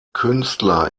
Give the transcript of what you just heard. künstler